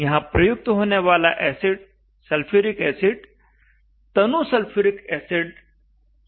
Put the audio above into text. यहां प्रयुक्त होने वाला एसिड सल्फ्यूरिक एसिड तनु सल्फ्यूरिक एसिड होता है